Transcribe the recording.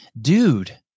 dude